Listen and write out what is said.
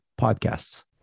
podcasts